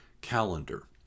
calendar